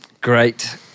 Great